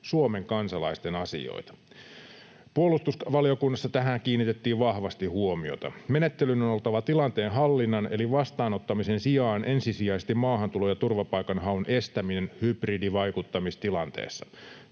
Suomen kansalaisten asioita. Puolustusvaliokunnassa tähän kiinnitettiin vahvasti huomiota. Menettelyn on oltava tilanteen hallinnan eli vastaanottamisen sijaan ensisijaisesti maahantulon ja turvapaikanhaun estäminen hybridivaikuttamistilanteessa.